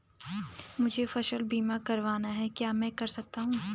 मुझे फसल बीमा करवाना है क्या मैं कर सकता हूँ?